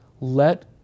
Let